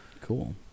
cool